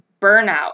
Burnout